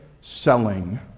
selling